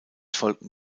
folgten